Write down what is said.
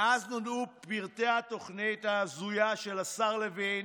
מאז נודעו פרטי התוכנית ההזויה של השר לוין